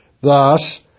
Thus